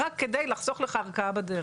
רק כדי לחסוך לך ערכאה בדרך.